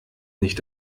nicht